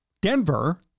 Denver